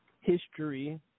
history